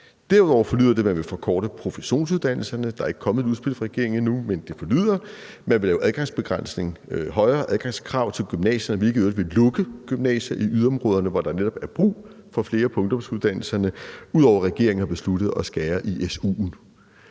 fra regeringen – at man vil forkorte professionsuddannelserne, og at man vil lave adgangsbegrænsninger, højere adgangskrav, til gymnasierne, hvilket i øvrigt vil lukke gymnasier i yderområderne, hvor der netop er brug for flere på ungdomsuddannelserne, ud over at regeringen også har besluttet at skære i su'en.